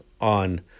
on